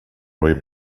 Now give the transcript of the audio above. roy